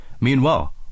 Meanwhile